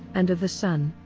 and of the son,